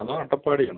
അതോ അട്ടപ്പാടിയാണോ